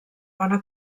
bona